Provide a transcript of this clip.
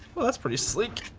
well, that's pretty sleek.